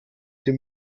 dem